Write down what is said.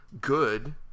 good